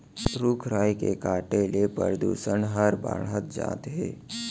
रूख राई के काटे ले परदूसन हर बाढ़त जात हे